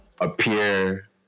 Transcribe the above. appear